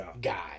guy